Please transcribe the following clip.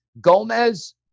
Gomez